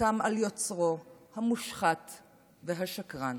קם על יוצרו המושחת והשקרן.